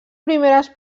primeres